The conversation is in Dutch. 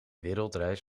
wereldreis